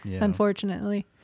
Unfortunately